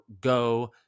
Go